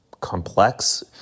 complex